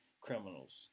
criminals